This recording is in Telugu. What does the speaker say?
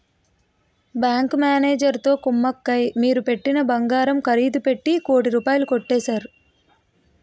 బ్యాంకు మేనేజరుతో కుమ్మక్కై మీరు పెట్టిన బంగారం ఖరీదు పెట్టి కోటి రూపాయలు కొట్టేశారు